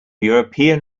european